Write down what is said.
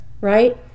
right